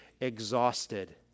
exhausted